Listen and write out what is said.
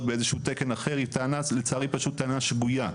באיזשהו תקן אחר היא טענה לצערי פשוט טענה שגויה,